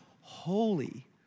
holy